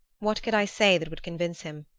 what could i say that would convince him?